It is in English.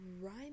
rhyme